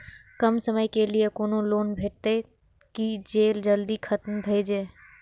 कम समय के लीये कोनो लोन भेटतै की जे जल्दी खत्म भे जे?